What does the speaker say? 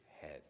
head